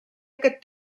aquest